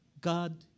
god